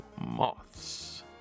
moths